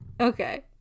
okay